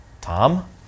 Tom